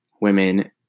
women